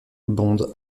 bond